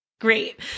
Great